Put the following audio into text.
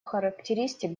характеристик